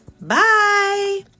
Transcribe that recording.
Bye